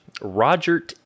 Roger